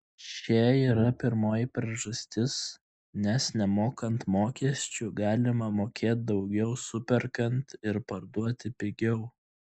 čia yra pirmoji priežastis nes nemokant mokesčių galima mokėt daugiau superkant ir parduoti pigiau